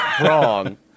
wrong